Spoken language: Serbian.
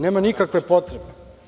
Nema nikakve potrebe.